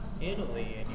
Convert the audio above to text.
Italy